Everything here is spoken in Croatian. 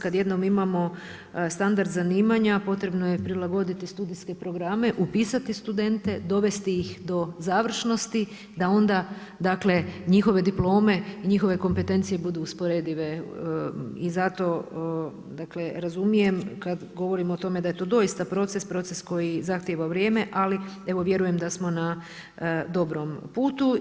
Kad jednom imamo standard zanimanja, potrebno je prilagoditi studijske programe, upisati studente, dovesti ih do završnosti, da onda dakle, njihove diplome, njihove kompetencije budu usporedive i zato, dakle, razumijem, kad govorim o tome da je to doista proces, proces koji zahtjeva vrijeme, ali vjerujem da smo na dobrom putu.